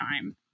time